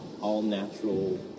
all-natural